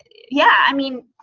yeah. i mean,